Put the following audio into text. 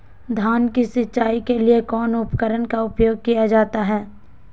धान की सिंचाई के लिए कौन उपकरण का उपयोग किया जाता है?